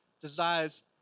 desires